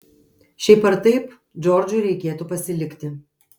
šiaip ar taip džordžui reikėtų pasilikti